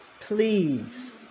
please